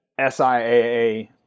SIAA